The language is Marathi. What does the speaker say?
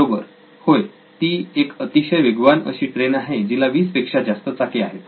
बरोबर होय ही एक अतिशय वेगवान अशी ट्रेन आहे जिला 20 पेक्षा जास्त चाके आहेत